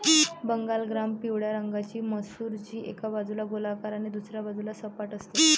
Bengal gram पिवळ्या रंगाची मसूर, जी एका बाजूला गोलाकार आणि दुसऱ्या बाजूला सपाट असते